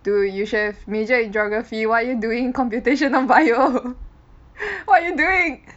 dude you should have majored in geography what are you doing in computational bio what are you doing